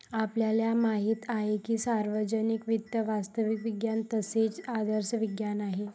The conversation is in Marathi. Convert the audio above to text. आपल्याला माहित आहे की सार्वजनिक वित्त वास्तविक विज्ञान तसेच आदर्श विज्ञान आहे